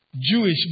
Jewish